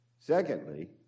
Secondly